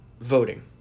Voting